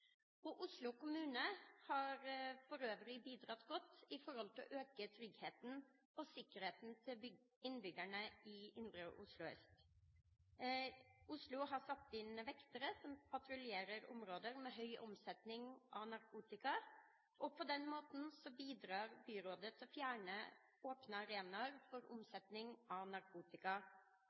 Oslo kommune har for øvrig bidratt godt for å øke tryggheten og sikkerheten til innbyggerne i Oslo indre øst. Oslo har satt inn vektere som patruljerer områder med høy omsetning av narkotika, og på den måten bidrar byrådet til å fjerne åpne arenaer for omsetning av narkotika.